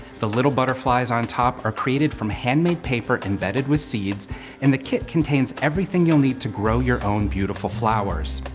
the little butterflies on top are created from handmade paper embedded with seeds, and the kit contains everything you'll need to grow your own beautiful flowers.